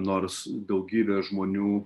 nors daugybė žmonių